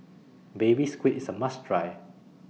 Baby Squid IS A must Try